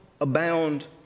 abound